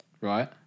right